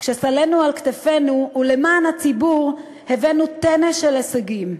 כשסלינו על כתפינו ולמען הציבור הבאנו טנא של הישגים.